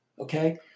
okay